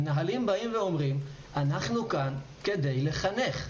מנהלים באים ואומרים: אנחנו כאן כדי לחנך,